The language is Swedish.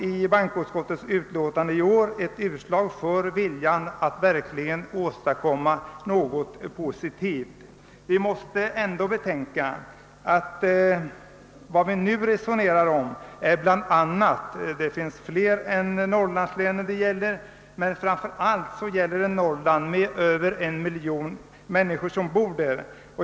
I bankoutskottets utlåtande ser jag ett utslag av viljan att verkligen åstadkomma någonting positivt. Vi måste ändå betänka att vad vi nu resonerar om är framför allt hur vi skall ha det med norrlandslänen och med den miljonbefolkning som bor där — detta gäller även flera andra län.